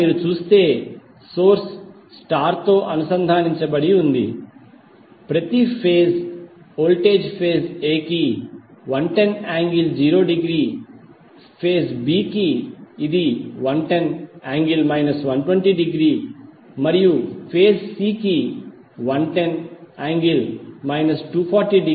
ఇక్కడ మీరు చూస్తే సోర్స్ స్టార్ తో అనుసంధానించబడి ఉంది ప్రతి ఫేజ్ వోల్టేజ్ ఫేజ్ A కి 110∠0° ఫేజ్ B కి ఇది110∠ 120° మరియు ఫేజ్ C కి 110∠ 240°